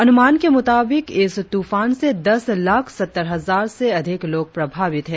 अनुमान के मुताबिक इस तूफान से दस लाख सत्तर हजार से अधिक लोग प्रभावित हैं